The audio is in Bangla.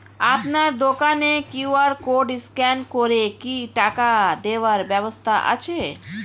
আপনার দোকানে কিউ.আর কোড স্ক্যান করে কি টাকা দেওয়ার ব্যবস্থা আছে?